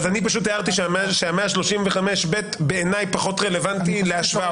אז אני פשוט הערתי ש-135(ב) בעיני פחות רלוונטי להשוואה.